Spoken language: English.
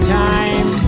time